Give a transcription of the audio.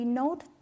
note